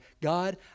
God